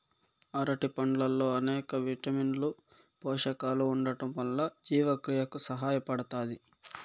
అరటి పండ్లల్లో అనేక విటమిన్లు, పోషకాలు ఉండటం వల్ల జీవక్రియకు సహాయపడుతాది